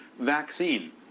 vaccine